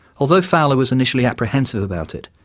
although fowler was initially apprehensive about it,